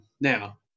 now